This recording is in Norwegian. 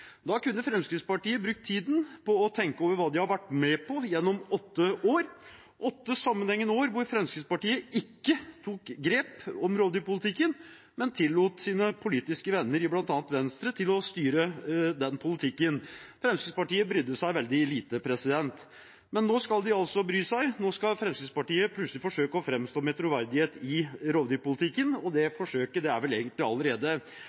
Da kunne Fremskrittspartiet brukt tiden på å tenke over hva de har vært med på gjennom åtte år, åtte sammenhengende år hvor Fremskrittspartiet ikke tok grep om rovdyrpolitikken, men tillot sine politiske venner i bl.a. Venstre å styre den politikken. Fremskrittspartiet brydde seg veldig lite. Men nå skal de altså bry seg, nå skal Fremskrittspartiet plutselig forsøke å framstå med troverdighet i rovdyrpolitikken. Det forsøket er vel egentlig allerede